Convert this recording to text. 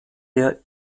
der